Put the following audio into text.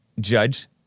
judge